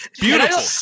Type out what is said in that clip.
Beautiful